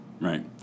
Right